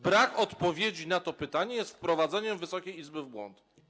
Brak odpowiedzi na to pytanie jest wprowadzeniem Wysokiej Izby w błąd.